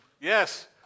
yes